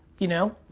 you know?